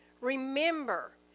remember